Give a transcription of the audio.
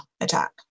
attack